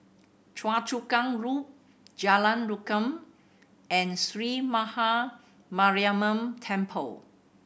Choa Chu Kang Loop Jalan Rukam and Sree Maha Mariamman Temple